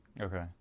Okay